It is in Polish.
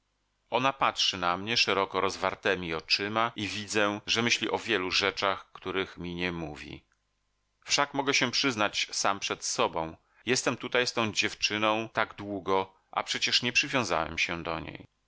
ona patrzy na mnie szeroko rozwartemi oczyma i widzę że myśli o wielu rzeczach których mi nie mówi wszak mogę się przyznać sam przed sobą jestem tutaj z tą dziewczyną tak długo a przecież nie przywiązałem się do niej